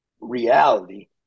reality